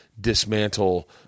dismantle